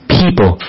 people